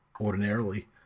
ordinarily